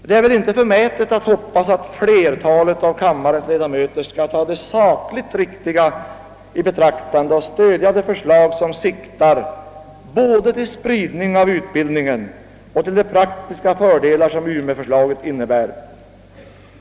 Det är väl inte förmätet av mig att hoppas att flertalet av kammarens ledamöter skall ta det sakligt riktiga i betraktande och stödja det förslag som siktar både till spridning av utbildningen och till de praktiska fördelar som en förläggning till Umeå innebär.